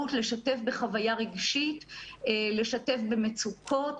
אפשרות לשתף בחוויה רגשית לשתף במצוקות,